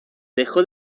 dejó